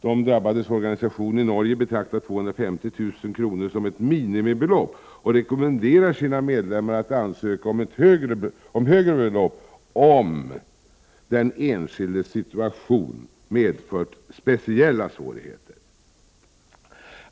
De drabbades organisation i Norge betraktar 250 000 norska kronor som ett minimibelopp och rekommenderar sina medlemmar att ansöka om högre belopp om den enskildes situation medfört speciella svårigheter.